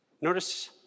Notice